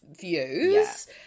views